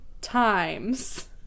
times